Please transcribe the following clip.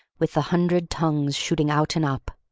with the hundred tongues shooting out and up.